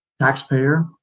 taxpayer